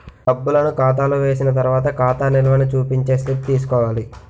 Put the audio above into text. డబ్బులను ఖాతాలో వేసిన తర్వాత ఖాతా నిల్వని చూపించే స్లిప్ తీసుకోవాలి